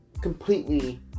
completely